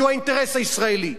שהוא האינטרס הישראלי.